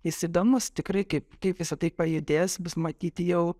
jis įdomus tikrai kaip kaip visa tai pajudės bus matyti jau